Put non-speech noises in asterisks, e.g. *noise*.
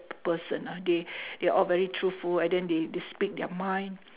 person ah they *breath* they're all very truthful and then they speak their mind